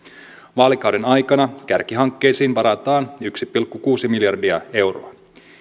vaalikauden aikana kärkihankkeisiin varataan yksi pilkku kuusi miljardia euroa